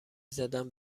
زدم